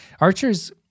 Archer's